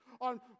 on